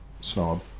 snob